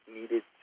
needed